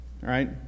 right